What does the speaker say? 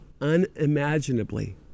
unimaginably